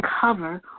cover